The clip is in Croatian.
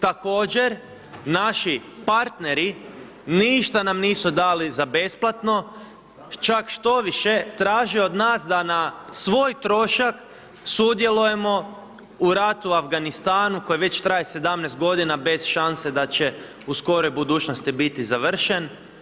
Također, naši partneri ništa nam nisu dali za besplatno, čak štoviše traži od nas da na svoj trošak sudjelujemo u ratu u Afganistanu koji već traje 17 g. bez šanse da će u skoroj budućnosti biti završen.